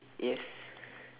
yes